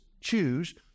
choose